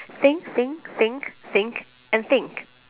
think think think think and think